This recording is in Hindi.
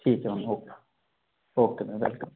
ठीक है ma'am okay okay ma'am welcome